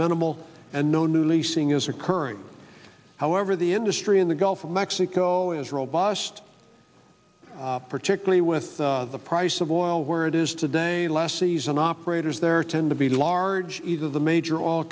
minimal and no new leasing is occurring however the industry in the gulf of mexico is robust particularly with the price of oil where it is today last season operators there tend to be large either the major oil